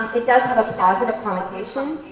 it does have a positive connotation.